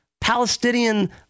Palestinian